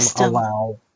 allow